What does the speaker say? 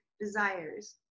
desires